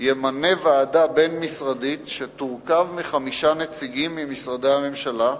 ימנה ועדה בין-משרדית שתורכב מחמישה נציגים ממשרדי הממשלה,